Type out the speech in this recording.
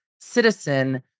citizen